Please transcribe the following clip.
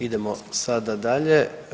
Idemo sada dalje.